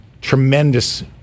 tremendous